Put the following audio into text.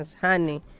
honey